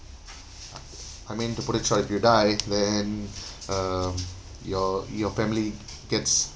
I mean to put it choi if you die then uh your your family gets